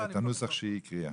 את הנוסח שהיא הקריאה,